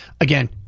Again